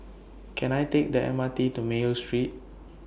Can I Take The M R T to Mayo Street